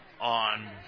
on